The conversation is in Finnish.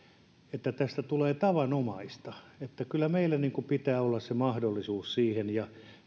että siitä tulee tavanomaista kyllä meillä pitää olla mahdollisuus ja